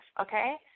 okay